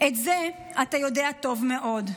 את זה אתה יודע טוב מאוד,